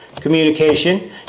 Communication